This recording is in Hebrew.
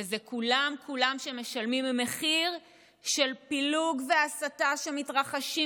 וזה כולם כולם שמשלמים מחיר על פילוג והסתה שמתרחשים